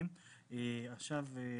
לגבי